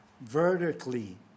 vertically